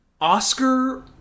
Oscar